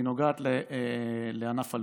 והיא נוגעת לענף הלול.